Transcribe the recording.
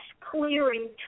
clearing